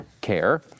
care